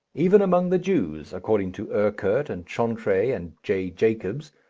even among the jews, according to erckert and chantre and j. jacobs,